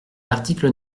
l’article